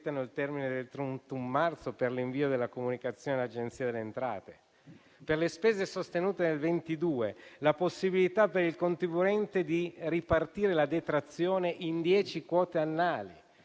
Per le spese sostenute nel 2022 vi è inoltre la possibilità per il contribuente di ripartire la detrazione in dieci quote annuali: